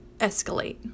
escalate